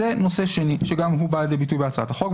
זה נושא שני, שגם הוא בא לידי ביטוי בהצעת החוק.